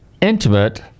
intimate